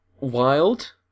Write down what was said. wild